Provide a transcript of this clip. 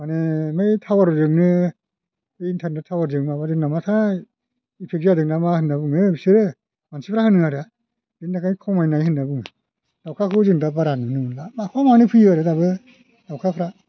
माने बै थावारजोंनो बे इन्टारेनेट टावारजों माबाजों नामाथाय इफेक्ट जादों ना मा होनना बुङो बिसोरो मानसिफ्रा होनो आरो बिनि थाखाय खमायनाय होनना बुङो दावखाखौ जों दा बारा नुनो मोनला माफा मानै फैयो आरो दाबो दावखाफ्रा